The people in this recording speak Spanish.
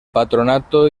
patronato